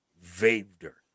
Vader